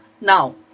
now